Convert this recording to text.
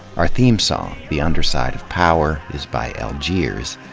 our theme song, the underside of power, is by algiers.